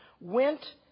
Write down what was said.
went